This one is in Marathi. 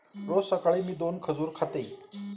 रोज सकाळी मी दोन खजूर खाते